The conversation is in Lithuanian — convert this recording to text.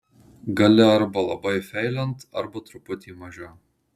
gali arba labai feilint arba truputį mažiau